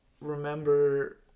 remember